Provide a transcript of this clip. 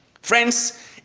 Friends